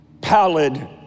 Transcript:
pallid